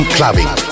Clubbing